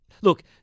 look